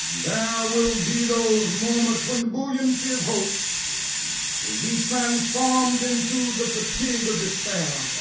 yeah will be those moments when the buoyancy of hope will be transformed into the fatigue of despair.